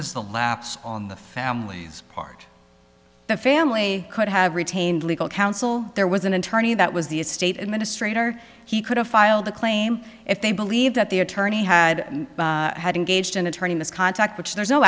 is the lapse on the family's part the family could have retained legal counsel there was an attorney that was the estate administrator he could have filed a claim if they believed that the attorney had engaged in attorney miss contact which there's no